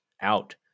out